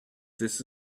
this